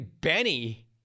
Benny